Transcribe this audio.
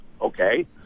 okay